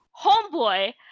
homeboy